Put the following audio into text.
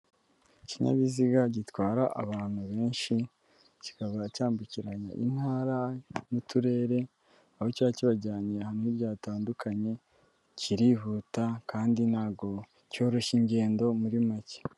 Ikinyabiziga gitwara abantu benshi kikaba cyambukiranya intara n'uturere aho kiba kibajyanye ahantu hirya hatandukanye, kirihuta kandi cyoroshye ingendo muri make.